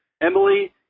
Emily